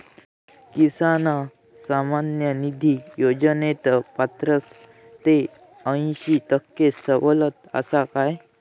किसान सन्मान निधी योजनेत पन्नास ते अंयशी टक्के सवलत आसा काय?